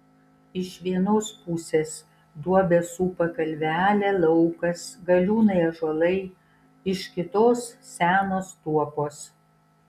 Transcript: iš vienos pusės duobę supa kalvelė laukas galiūnai ąžuolai iš kitos senos tuopos